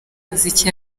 umuziki